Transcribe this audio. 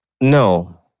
no